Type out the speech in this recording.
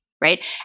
right